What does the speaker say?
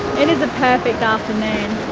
it is a perfect afternoon